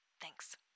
Thanks